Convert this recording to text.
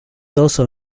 also